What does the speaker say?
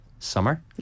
summer